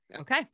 Okay